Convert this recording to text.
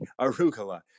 arugula